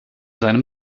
seinem